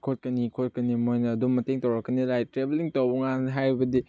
ꯈꯣꯠꯀꯅꯤ ꯈꯣꯠꯀꯅꯤ ꯃꯣꯏꯅ ꯑꯗꯨꯝ ꯃꯇꯦꯡ ꯇꯧꯔꯛꯀꯅꯤ ꯂꯥꯏꯛ ꯇ꯭ꯔꯦꯚꯦꯜꯂꯤꯡ ꯇꯧꯕ ꯀꯥꯟ ꯍꯥꯏꯕꯗꯤ